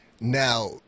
Now